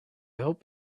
hope